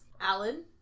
Alan